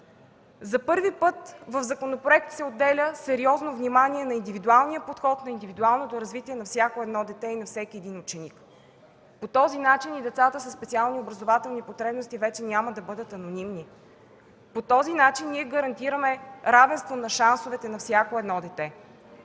За първи път в законопроект се отделя сериозно внимание на индивидуалния подход, на индивидуалното развитие на всяко дете и всеки ученик. По този начин и децата със специални образователни потребности вече няма да бъдат анонимни. По този начин ние гарантираме равенство на шансовете на всяко едно дете,